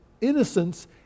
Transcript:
innocence